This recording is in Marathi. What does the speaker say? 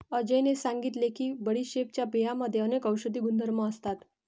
अजयने सांगितले की बडीशेपच्या बियांमध्ये अनेक औषधी गुणधर्म असतात